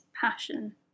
passion